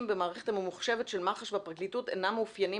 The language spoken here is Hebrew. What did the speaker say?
במערכת הממוחשבת של מח"ש והפרקליטות אינם מאופיינים